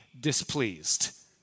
displeased